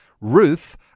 Ruth